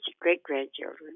great-grandchildren